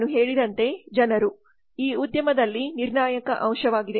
ನಾನು ಹೇಳಿದಂತೆ ಜನರು ಈ ಉದ್ಯಮದಲ್ಲಿ ನಿರ್ಣಾಯಕ ಅಂಶವಾಗಿದೆ